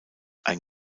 ein